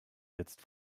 jetzt